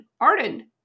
Arden